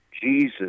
Jesus